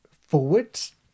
forwards